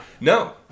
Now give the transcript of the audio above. No